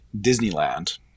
Disneyland